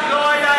לא יפה.